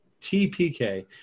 tpk